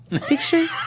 picture